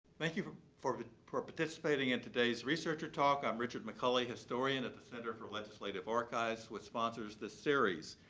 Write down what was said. thank you for for but participating in today's researcher talk. i am richard mcculley, historian at the center for legislative archives which sponsors this series.